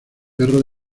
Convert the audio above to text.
perro